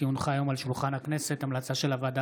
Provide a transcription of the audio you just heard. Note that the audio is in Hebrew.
כי הונחה היום על שולחן הכנסת המלצה של הוועדה